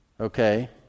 okay